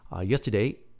Yesterday